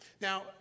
Now